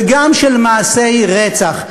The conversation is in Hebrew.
וגם של מעשי רצח.